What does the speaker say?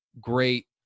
great